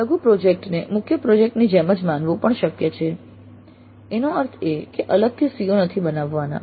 લઘુ પ્રોજેક્ટને મુખ્ય પ્રોજેક્ટ ની જેમ જ માનવું પણ શક્ય છે એનો અર્થ એ કે અલગથી CO નથી બનાવવાના